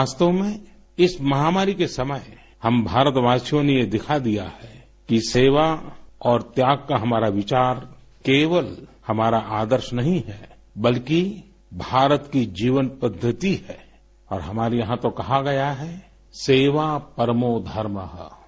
वास्तव में इस माहामारी के समय हम भारतवासियों ने ये दिखा दिया है कि सेवा और त्याग का हमारा विचार केवल हमारा आदर्श नहीं है बल्कि भारत की जीवनपद्वति है और हमारे यहाँ तो कहा गया है सेवा परमो धमर्रू